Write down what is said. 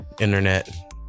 internet